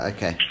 Okay